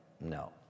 no